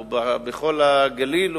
או בכל הגליל,